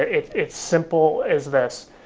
it's it's simple, is this,